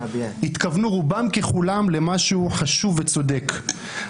התכוונו רובם ככולם למשהו חשוב וצודק.